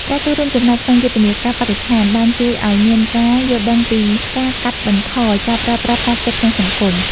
ការចូលរួមចំណែកក្នុងយុទ្ធនាការបរិស្ថានបានជួយឱ្យមានការយល់ដឹងពីការកាត់បន្ថយការប្រើប្រាស់ប្លាស្ទិកក្នុងសង្គម។